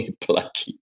plucky